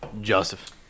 Joseph